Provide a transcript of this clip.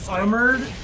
armored